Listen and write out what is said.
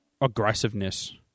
aggressiveness